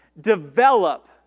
develop